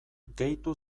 gehitu